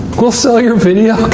we'll sell your video,